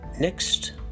next